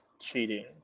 cheating